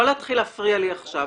לא להתחיל להפריע לי עכשיו.